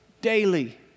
daily